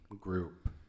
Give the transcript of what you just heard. group